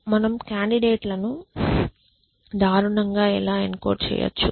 మనం కాండిడేట్ లను దారుణంగా ఎలా ఎన్కోడ్ చెయ్యొచ్చు